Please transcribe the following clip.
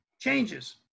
changes